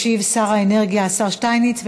ישיב שר האנרגיה השר שטייניץ.